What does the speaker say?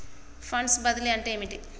Funds బదిలీ అంటే ఏమిటి?